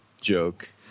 joke